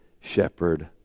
shepherd